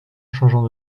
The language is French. changeant